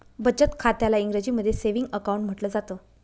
बचत खात्याला इंग्रजीमध्ये सेविंग अकाउंट म्हटलं जातं